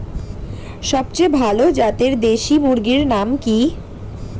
সবচেয়ে ভালো জাতের দেশি মুরগির নাম কি?